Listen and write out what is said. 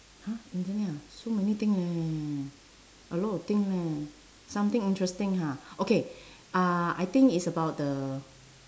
!huh! internet ah so many thing leh a lot of thing leh something interesting ha okay uh I think is about the